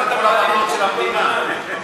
של המדינה.